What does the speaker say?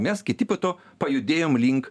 mes kiti po to pajudėjome link